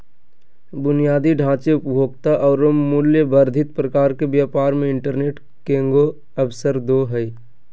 बुनियादी ढांचे, उपभोक्ता औरो मूल्य वर्धित प्रकार के व्यापार मे इंटरनेट केगों अवसरदो हइ